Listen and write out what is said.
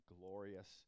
glorious